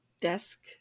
desk